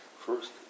First